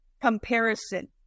comparison